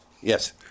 Yes